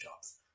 jobs